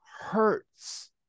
hurts